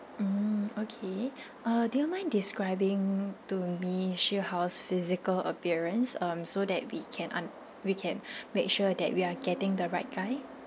mm okay uh do you mind describing to me she how's physical appearance um so that we can un~ we can make sure that we are getting the right guy